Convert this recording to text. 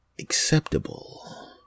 acceptable